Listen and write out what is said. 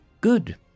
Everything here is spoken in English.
Good